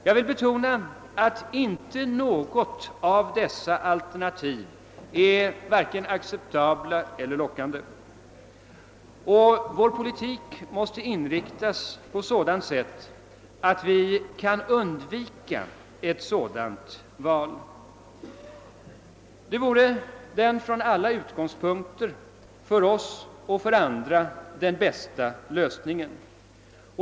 Jag vill betona att inte något av dessa alternativ är vare sig acceptabelt eller lockande. Vår politik måste inriktas på sådant sätt att vi kan undvika ett sådant val. Det vore från alla utgångspunkter den för oss och för andra bästa lösningen.